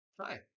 Hi